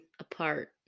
apart